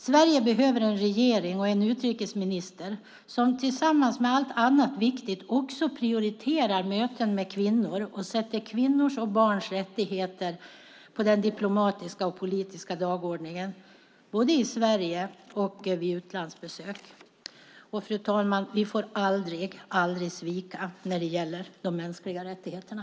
Sverige behöver en regering och en utrikesminister som tillsammans med allt annat viktigt också prioriterar möten med kvinnor och sätter kvinnors och barns rättigheter på den diplomatiska och politiska dagordningen både i Sverige och vid utlandsbesök. Fru talman! Vi får aldrig svika när det gäller de mänskliga rättigheterna!